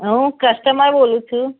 હું કસ્ટમર બોલું છું